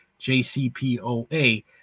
jcpoa